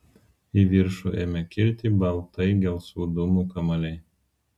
į viršų ėmė kilti baltai gelsvų dūmų kamuoliai